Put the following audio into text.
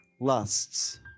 lusts